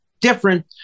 different